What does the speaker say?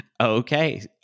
Okay